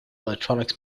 electronics